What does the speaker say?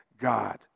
God